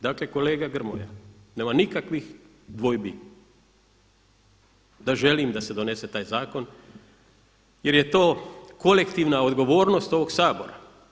Dakle kolega Grmoja, nema nikakvih dvojbi da želim da se donose taj zakon jer je to kolektivna odgovornost ovog Sabora.